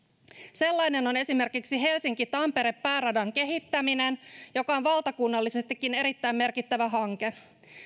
sellainen on esimerkiksi helsinki tampere pääradan kehittäminen joka on valtakunnallisestikin erittäin merkittävä hanke